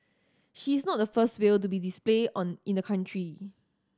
she's not the first whale to be display on in the country